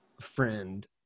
friend